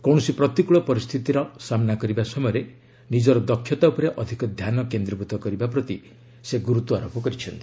କୌଣସି ପ୍ରତିକୂଳ ପରିସ୍ଥିତିର ସାମ୍ବା କରିବା ସମୟରେ ନିଜର ଦକ୍ଷତା ଉପରେ ଅଧିକ ଧ୍ୟାନ କେନ୍ଦ୍ରୀଭୂତ କରିବା ପ୍ରତି ସେ ଗୁରୁତ୍ୱାରୋପ କରିଛନ୍ତି